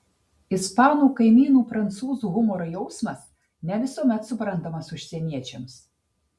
ispanų kaimynų prancūzų humoro jausmas ne visuomet suprantamas užsieniečiams